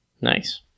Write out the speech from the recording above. Nice